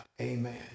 amen